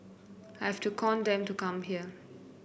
I have to con them to come here